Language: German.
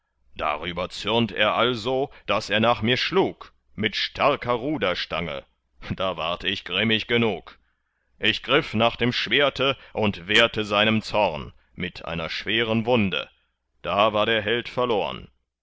darüber zürnt er also daß er nach mir schlug mit starker ruderstange da ward ich grimmig genug ich griff nach schwerte und wehrte seinem zorn mit einer schweren wunde da war der held verlorn